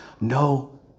no